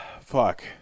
Fuck